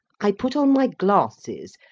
i put on my glasses,